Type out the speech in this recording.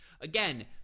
again